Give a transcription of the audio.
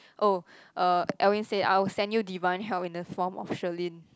oh uh Elwin said I would send you divine help in the form of Sharlene